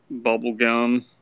bubblegum